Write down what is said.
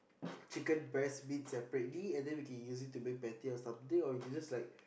chicken breast meat separately and then we can use it to make patty or something or you can just like